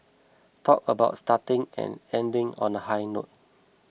talk about starting and ending on a high note